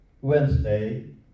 Wednesday